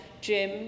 Jim